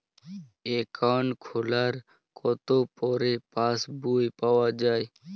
Account খোলার কতো পরে পাস বই পাওয়া য়ায়?